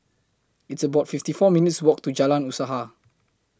It's about fifty four minutes' Walk to Jalan Usaha